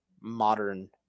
modern